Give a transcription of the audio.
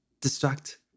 distract